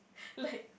like